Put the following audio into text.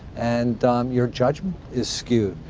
and your judgement is skewed.